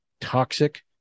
toxic